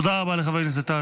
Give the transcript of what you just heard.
תודה רבה לחבר הכנסת טל.